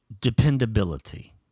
dependability